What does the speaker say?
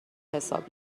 حساب